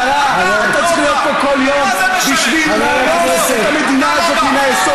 אתה צריך להיות פה כל יום בשביל להרוס את שלטון החוק במדינת ישראל.